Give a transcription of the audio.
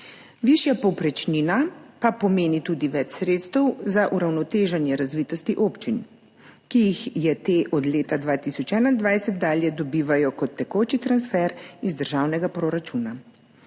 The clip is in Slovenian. Višja povprečnina pa pomeni tudi več sredstev za uravnoteženje razvitosti občin, ki jih te od leta 2021 dalje dobivajo kot tekoči transfer iz državnega proračuna.